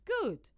good